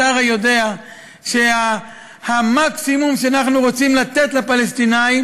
אתה הרי יודע שהמקסימום שאנחנו רוצים לתת לפלסטינים